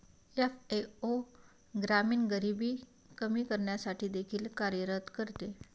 FAO ग्रामीण गरिबी कमी करण्यासाठी देखील कार्य करते